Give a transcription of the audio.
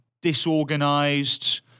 disorganized